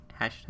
Hashtag